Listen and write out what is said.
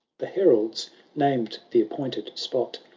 the heralds named the appointed spot.